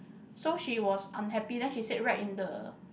so she was unhappy then she said write in the